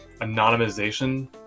anonymization